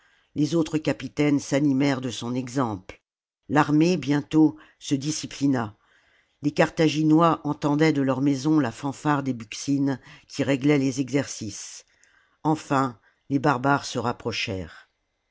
les autres capitaines s'animèrent de son exemple l'armée bietitôt se disciplina les carthaginois entendaient de leurs maisons la fanfare des buccines qui réglait les exercices enfin les barbares se rapprochèrent